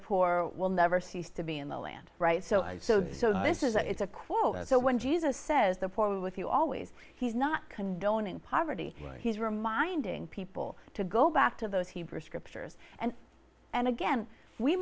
poor will never cease to be in the land right so and so do so this is a it's a quote so when jesus says the poor with you always he's not condoning poverty he's reminding people to go back to those hebrew scriptures and and again we